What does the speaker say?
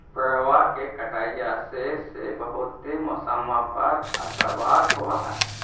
पेड़बा के कटईया से से बहुते मौसमा पर असरबा हो है?